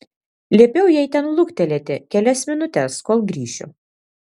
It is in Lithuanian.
liepiau jai ten luktelėti kelias minutes kol grįšiu